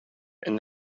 and